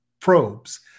probes